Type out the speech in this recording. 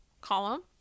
column